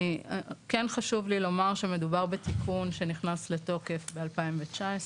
חושב לי לומר שמדובר בתיקון שנכנס לתוקף ב-2019,